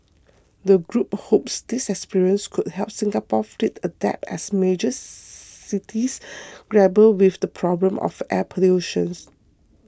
the group hopes this experience could help Singapore's fleet adapt as major cities grapple with the problem of air pollutions